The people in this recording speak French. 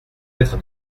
être